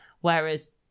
whereas